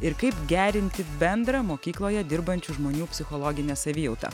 ir kaip gerinti bendrą mokykloje dirbančių žmonių psichologinę savijautą